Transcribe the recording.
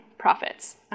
Profits